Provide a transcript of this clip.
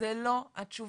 זו לא התשובה.